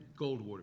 Goldwater